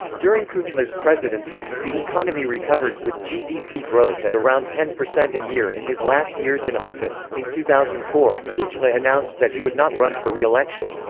during kuchma's presidency, the economy recovered, with gdp growth at around ten percent a year in his last years in office in two thousand and four, kuchma announced that he would not run for re-election.